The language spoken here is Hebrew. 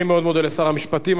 אני מאוד מודה לשר המשפטים.